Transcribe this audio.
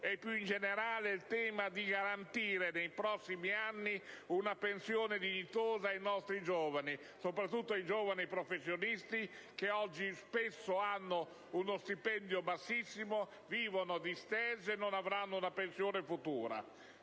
e, più in generale, la necessità di garantire nei prossimi anni una pensione dignitosa ai nostri giovani, soprattutto ai giovani professionisti, che spesso oggi hanno uno stipendio bassissimo, vivono di *stage* e in futuro non avranno una pensione.